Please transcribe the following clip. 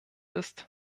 ist